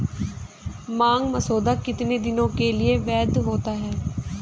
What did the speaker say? मांग मसौदा कितने दिनों के लिए वैध होता है?